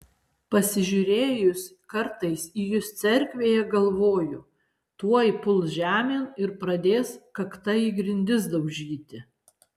pasižiūrėjus kartais į jus cerkvėje galvoju tuoj puls žemėn ir pradės kakta į grindis daužyti